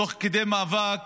תוך כדי מאבק